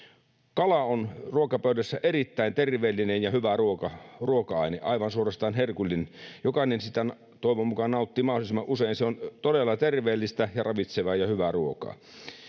kala on ruokapöydässä erittäin terveellinen ja hyvä ruoka ruoka aine aivan suorastaan herkullinen jokainen sitä toivon mukaan nauttii mahdollisimman usein se on todella terveellistä ja ravitsevaa ja hyvää ruokaa